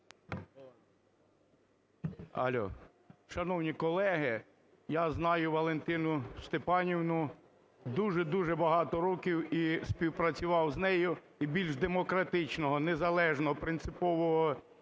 М.І. Шановні колеги, я знаю Валентину Степанівну дуже-дуже багато років і співпрацював з нею. І більш демократичного, незалежного, принципового